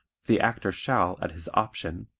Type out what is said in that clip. the actor shall at his option,